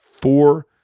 four